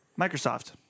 Microsoft